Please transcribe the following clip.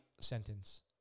sentence